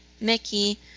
Mickey